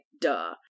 duh